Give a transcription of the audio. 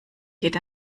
geht